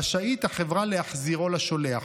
רשאית החברה להחזירו לשולח.